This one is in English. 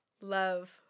love